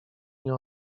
nie